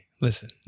Listen